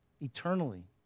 eternally